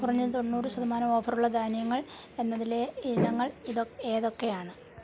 കുറഞ്ഞത് തൊണ്ണൂറ് ശതമാനം ഓഫറുള്ള ധാന്യങ്ങൾ എന്നതിലെ ഇനങ്ങൾ ഇതൊക്കെ ഏതൊക്കെയാണ്